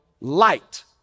light